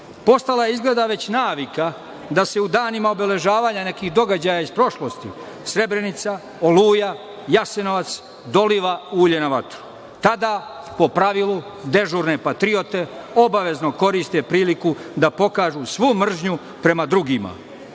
oružja. Postala je izgleda već navika da se u danima obeležavanja nekih događaja iz prošlosti Srebrenica, Oluja, Jasenovac doliva ulje na vatru. Tada po pravilu dežurne patriote obavezno koriste priliku da pokažu svu mržnju prema drugima.